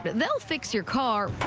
but they'll fix your car,